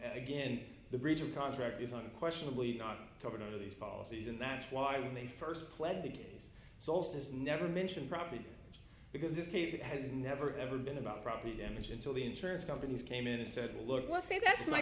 again the breach of contract is unquestionably not covered over these policies and that's why when they first pled the days soldiers never mentioned probably because this case it has never ever been about property damage until the insurance companies came in and said look let's say that's my